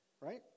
Right